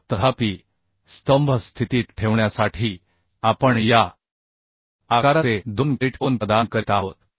तर तथापि स्तंभ स्थितीत ठेवण्यासाठी आपण या आकाराचे दोन क्लिट कोन प्रदान करीत आहोत